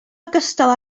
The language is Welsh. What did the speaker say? ogystal